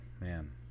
man